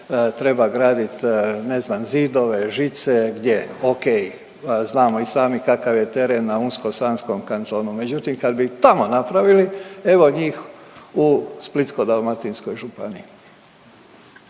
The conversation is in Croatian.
treba gradit, ne znam, zidove, žice, gdje, okej, znamo i sami kakav je teren na Unsko-sanskom kantonu, međutim kad bi tamo napravili, evo njih u Splitsko-dalmatinskoj županiji.